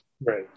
Right